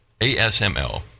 ASML